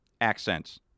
accents